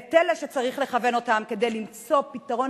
את אלה שצריך לכוון אותם כדי למצוא פתרון